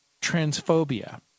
transphobia